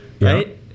right